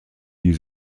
die